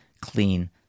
clean